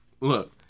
look